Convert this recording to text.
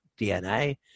DNA